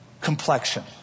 complexion